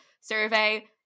survey